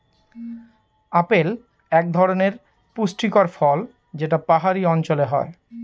apple এক ধরনের পুষ্টিকর ফল যেটা পাহাড়ি অঞ্চলে হয়